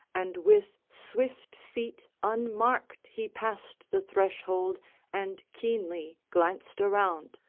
and with swift feet unmarked he passed the threshold and keenly glanced around